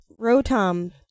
Rotom